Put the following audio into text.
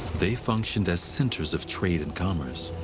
they functioned as centers of trade and commerce.